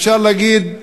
אפשר להגיד,